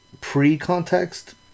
pre-context